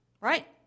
Right